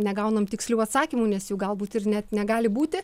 negaunam tikslių atsakymų nes jų galbūt ir net negali būti